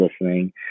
listening